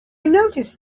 noticed